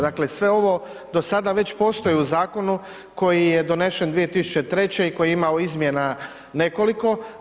Dakle sve ovo do sada već postoji u zakonu koji je donesen 2003. i koji je imao izmjena nekoliko.